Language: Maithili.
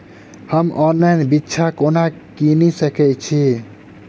हम ऑनलाइन बिच्चा कोना किनि सके छी?